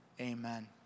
Amen